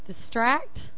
distract